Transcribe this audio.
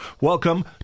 Welcome